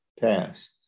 past